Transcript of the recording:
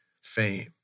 fame